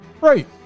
Right